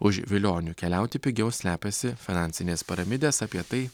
už vilionių keliauti pigiau slepiasi finansinės piramidės apie tai